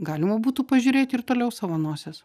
galima būtų pažiūrėt ir toliau savo nosies